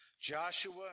Joshua